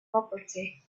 property